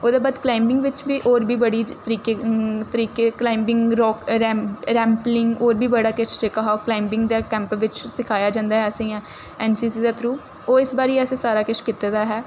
ओह्दे बाद क्लाइंबिंग बिच्च बी होर बी बड़ी तरीके तरीके क्लाइंबिंग राक रैंप रैंपलिंग होर बी बड़ा किश जेह्का हा ओह् क्लाइंबिंग दे कैंप बिच्च सखाया जंदा ऐ असें गी ऐन्न सी सी दे थ्रू ओह् इस बारी बारी सारा किश कीता दा ऐ